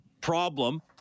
problem